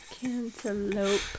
Cantaloupe